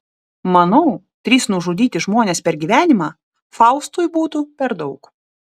manau trys nužudyti žmonės per gyvenimą faustui būtų per daug